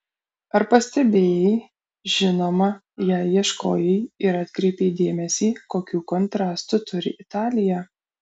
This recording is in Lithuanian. ar pastebėjai žinoma jei ieškojai ir atkreipei dėmesį kokių kontrastų turi italija